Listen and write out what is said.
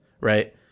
right